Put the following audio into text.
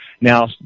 now